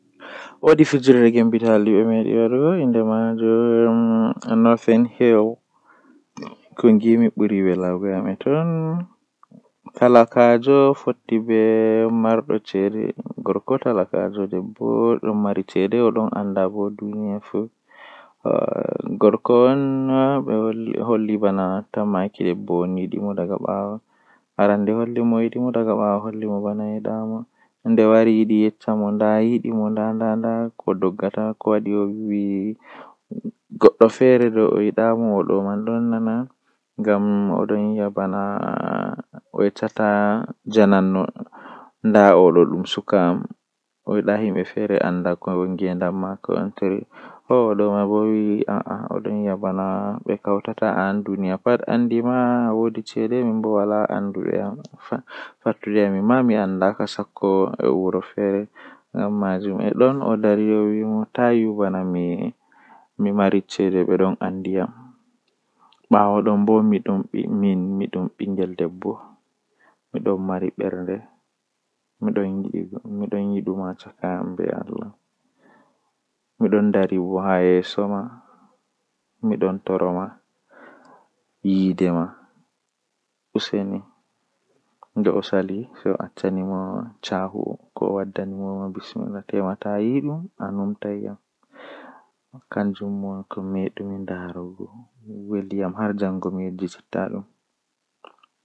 Komi wawata numtugo egaa wakkati midon bingel kanjum woni wakkati abba amin baaba am babirawo am hosata amin yaara amin babal yiwugo maayo wakkti man o yaara amin babal fijugo, Babal man don wela mi masin nden mi yejjitittaa wakkati man.